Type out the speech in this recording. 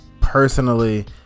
personally